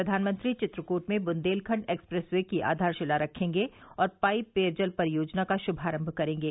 प्रधानमंत्री चित्रकूट में Bundelkhand expressway की आधारशिला रखेंगे और पाइप पेयजल परियोजना का श्मारंभ करेंगे